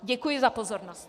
Děkuji za pozornost.